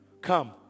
Come